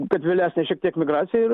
kad vėlesnė šiek tiek migracija ir